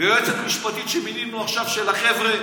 ויועצת משפטית שמינינו עכשיו, של החבר'ה.